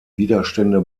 widerstände